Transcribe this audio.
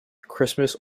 christmas